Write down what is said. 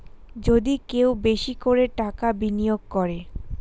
যদি কেউ বেশি করে টাকা বিনিয়োগ করে